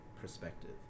perspective